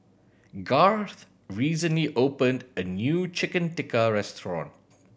Garth recently opened a new Chicken Tikka restaurant